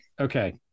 Okay